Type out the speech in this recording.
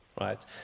right